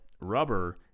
rubber